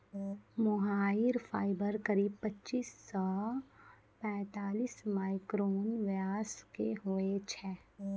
मोहायिर fibre करीब पच्चीस सॅ पैतालिस माइक्रोन व्यास के होय छै